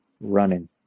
running